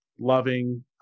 Loving